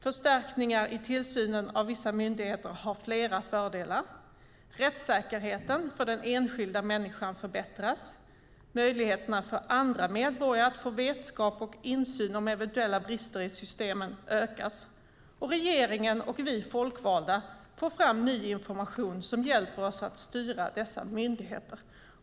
Förstärkningar i tillsynen av vissa myndigheter har flera fördelar. Rättssäkerheten för den enskilda människan förbättras, möjligheterna för andra medborgare att få vetskap och insyn i eventuella brister i systemen ökas och regeringen och vi folkvalda får fram ny information som hjälper oss att styra dessa myndigheter.